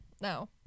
No